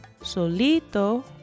Solito